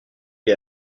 est